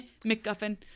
McGuffin